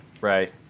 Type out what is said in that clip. right